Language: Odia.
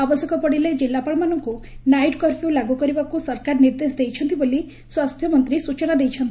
ଆବଶ୍ୟକ ପଡିଲେ ଜିଲ୍ଲାପାଳମାନଙ୍କୁ ନାଇଟ୍ କର୍ଫ୍ୟୁ ଲାଗୁ କରିବାକୁ ସରକାର ନିର୍ଦ୍ଦେଶ ଦେଇଛନ୍ତି ବୋଲି ସ୍ୱାସ୍ଥ୍ୟମନ୍ତୀ ସୂଚନା ଦେଇଛନ୍ତି